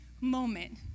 moment